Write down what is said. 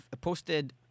posted